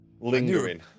lingering